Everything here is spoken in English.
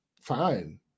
fine